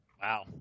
Wow